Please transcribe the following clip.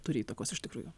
turi įtakos iš tikrųjų